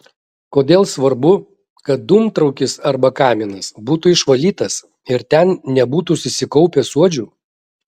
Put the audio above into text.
kodėl svarbu kad dūmtraukis arba kaminas būtų išvalytas ir ten nebūtų susikaupę suodžių